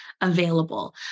available